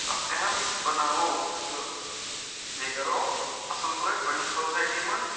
تہٕ اکھ اہم حِصہٕ بناوو تہٕ بیٚیہِ کَرو اصٕل پٲٹھۍ پنٛنہِ سوسایٹی منٛز